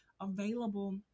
available